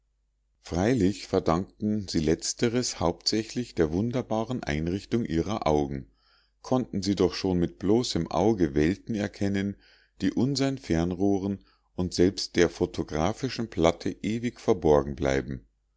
freilich verdankten sie letzteres hauptsächlich der wunderbaren einrichtung ihrer augen konnten sie doch schon mit bloßem auge welten erkennen die unsern fernrohren und selbst der photographischen platte ewig verborgen bleiben